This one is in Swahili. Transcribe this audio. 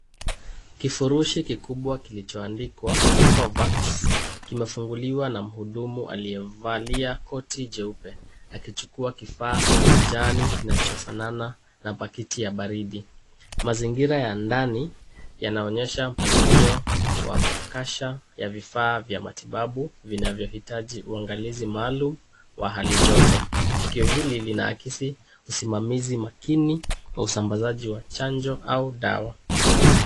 Kifurushi kikubwa kilichoandikwa Covax, kimefunguliwa na mhudumu aliyevalia koti jeupe. Akichukua kifaa kijani kinachofanana na paketi ya baridi. Mazingira ya ndani yanaonyesha mpangilio wa makasha ya vifaa vya matibabu, vinavyohitaji uangalizi maalum wa hali joto. Tukio hili linahakisi usimamizi makini, kwa usambazaji wa chanjo au dawa.